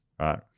right